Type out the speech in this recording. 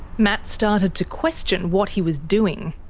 matt started to question what he was doing.